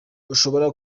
ushobora